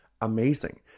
Amazing